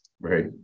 Right